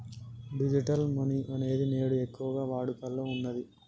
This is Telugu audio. డిజిటల్ మనీ అనేది నేడు ఎక్కువగా వాడుకలో ఉన్నది